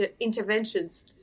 interventions